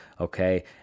okay